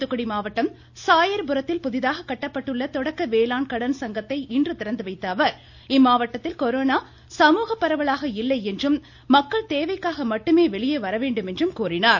தூத்துக்குடி மாவட்டம் சாயா்புரத்தில் புதிதாக கட்டப்பட்டுள்ள தொடக்க வேளாண் கடன் சங்கத்தை இன்று திறந்துவைத்த அவர் இம்மாவட்டத்தில் கொரோனா சமூக பரவலாக இல்லை என்றும் மக்கள் தேவைக்காக மட்டுமே வெளியே வரவேண்டும் என்றும் கூறினார்